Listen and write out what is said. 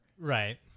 right